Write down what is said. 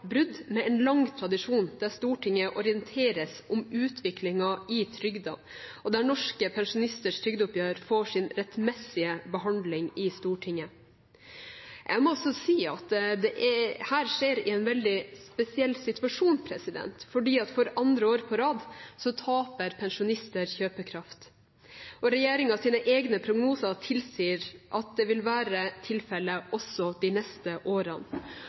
brudd med en lang tradisjon der Stortinget orienteres om utviklingen i trygden, og der norske pensjonisters trygdeoppgjør får sin rettmessige behandling i Stortinget. Jeg må også si at dette skjer i en spesiell situasjon. For andre år på rad taper pensjonister kjøpekraft. Regjeringens egne prognoser tilsier at det vil være tilfelle også de neste årene.